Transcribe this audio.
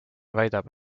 väidab